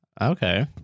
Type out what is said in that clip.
okay